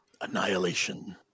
annihilation